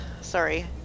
Sorry